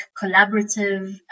collaborative